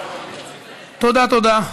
תודה, תודה.